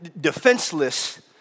defenseless